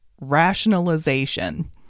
rationalization